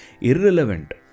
irrelevant